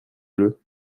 bleu